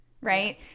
right